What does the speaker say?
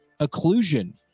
occlusion